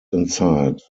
inside